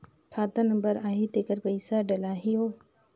खाता नंबर आही तेकर पइसा डलहीओ?